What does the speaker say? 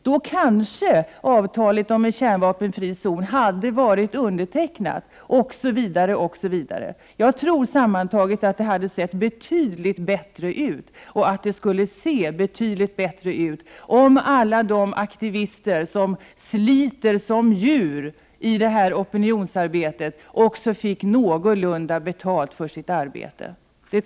Då kanske avtalet om en kärnvapenfri zon hade varit undertecknat, osv. Sammantaget tror jag att det hade sett betydligt bättre ut och att det skulle se betydligt bättre ut, om alla de aktivister som sliter som djur i det här opinionsarbetet också fick någorlunda betalt för sitt arbete.